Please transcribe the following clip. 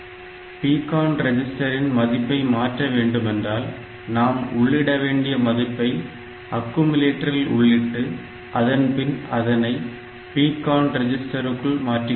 PCON ரிஜிஸ்டரின் மதிப்பை மாற்ற வேண்டுமென்றால் நாம் உள்ளிட வேண்டிய மதிப்பை அக்குமுலேட்டரில் உள்ளிட்டு அதன்பின் அதனை PCON ரெஜிஸ்டருக்குள் மாற்றிக்கொள்ளலாம்